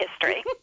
history